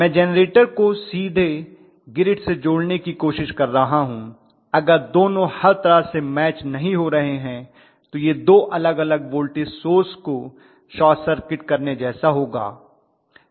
मैं जेनरेटर को सीधे ग्रिड से जोड़ने की कोशिश कर रहा हूं अगर दोनों हर तरह से मैच नहीं हो रहे हैं तो यह दो अलग अलग वोल्टेज सोर्स को शार्ट सर्किट करने जैसा होगा